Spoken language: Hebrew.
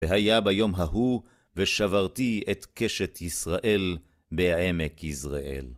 והיה ביום ההוא, ושברתי את קשת ישראל בעמק יזרעאל.